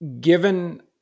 given